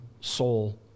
soul